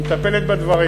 היא מטפלת בדברים.